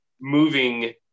moving